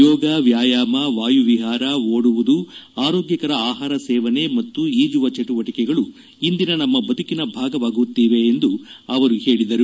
ಯೋಗ ವ್ಯಾಯಾಮ ವಾಯು ವಿಹಾರ ಓಡುವುದು ಆರೋಗ್ಕಕರ ಆಹಾರ ಸೇವನೆ ಮತ್ತು ಈಜುವ ಚಟುವಟಿಕೆಗಳು ಇಂದಿನ ನಮ್ಮ ಬದುಕಿನ ಭಾಗವಾಗುತ್ತಿವೆ ಎಂದು ಅವರು ಹೇಳಿದರು